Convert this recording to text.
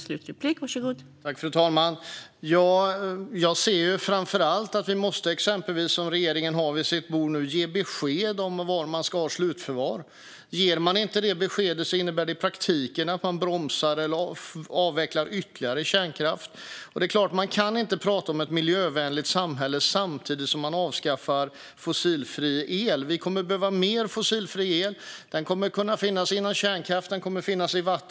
Fru talman! Jag ser framför allt att vi måste ge besked om var man ska ha slutförvar - det har regeringen på sitt bord nu. Ger man inte det beskedet innebär det i praktiken att man bromsar eller avvecklar ytterligare kärnkraft. Det är klart att man inte kan prata om ett miljövänligt samhälle samtidigt som man avskaffar fossilfri el. Vi kommer att behöva mer fossilfri el. Den kommer att kunna finnas i kärnkraft. Den kommer att finnas i vatten.